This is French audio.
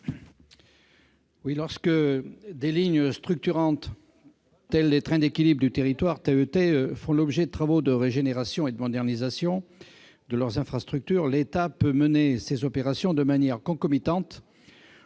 . Lorsque des lignes structurantes comme les trains d'équilibre du territoire, les TET, font l'objet de travaux de régénération et de modernisation de leurs infrastructures, l'État peut mener ces opérations de manière concomitante,